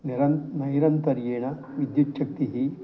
निरन्तरं नैरन्तर्येण विद्युत्शक्तिः